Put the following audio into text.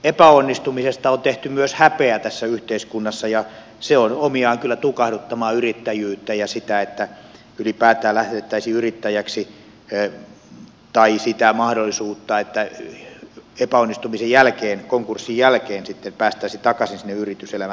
epäonnistumisesta on tehty myös häpeä tässä yhteiskunnassa ja se on omiaan kyllä tukahduttamaan yrittäjyyttä ja sitä että ylipäätään lähdettäisiin yrittäjäksi tai sitä mahdollisuutta että epäonnistumisen jälkeen konkurssin jälkeen sitten päästäisiin takaisin sinne yrityselämään